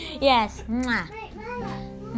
Yes